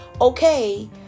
okay